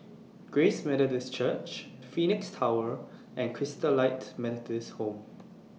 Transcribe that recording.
Grace Methodist Church Phoenix Tower and Christalite Methodist Home